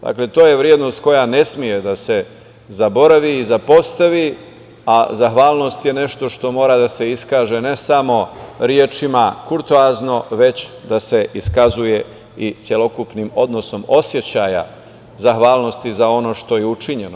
Dakle, to je vrednost koja ne sme da se zaboravi i zapostavi, a zahvalnost je nešto što moram da se iskaže ne samo rečima, kurtoazno, već da se iskazuje i celokupnim odnosom osećaja zahvalnosti za ono što je učinjeno.